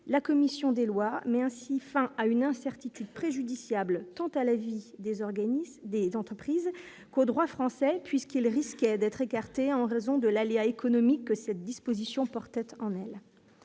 la commission des lois, met ainsi fin à une incertitude préjudiciable tant à la vie des organismes des entreprises qu'au droit français puisqu'il risque d'être écarté en raison de l'aléa économiques cette disposition porte en elle,